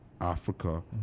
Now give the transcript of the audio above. africa